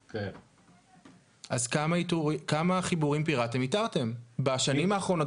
כמה חיבורים פיראטיים איתרתם בשנים האחרונות,